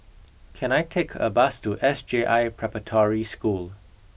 can I take a bus to S J I Preparatory School